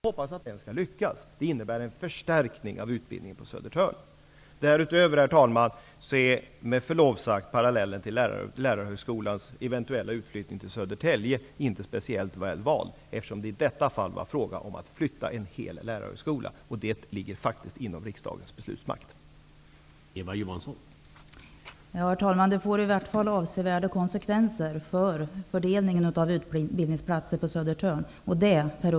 Herr talman! Låt mig säga detta en gång till. Regeringen har inte haft anledning att reflektera över de beslut Stockholms universitet och högskolorna i övrigt i Stockholm har att fatta inom ramen för sitt regionala ansvar. Därutöver har regeringen fattat beslut om att avvika från principen att inte ha synpunkter för att pröva om vi kan få mer fart på utbildningen på Södertörn genom en riktad insats på Novum. Jag hoppas att den skall lyckas. Den innebär en förstärkning av utbildningen på Södertörn. Herr talman! Därutöver är, med förlov sagt, parallellen till Lärarhögskolans eventuella utflyttning till Södertälje inte speciellt väl vald, eftersom det i detta fall var fråga om att flytta en hel lärarhögskola.